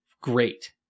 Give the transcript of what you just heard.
great